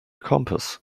compass